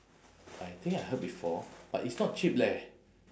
I think I heard before but it's not cheap leh